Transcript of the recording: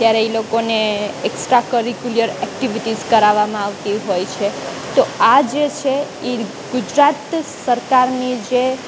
ત્યારે એ લોકોને એકસ્ટ્રાકરીકુલીઅર એક્ટિવિટીસ કરાવવામાં આવતી હોય છે તો આ જે છે એ ગુજરાત સરકારની જે